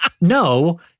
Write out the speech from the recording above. no